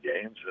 games